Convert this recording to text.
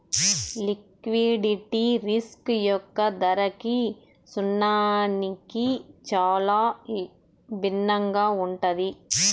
liquidity risk యొక్క ధరకి సున్నాకి చాలా భిన్నంగా ఉంటుంది